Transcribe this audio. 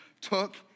took